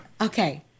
Okay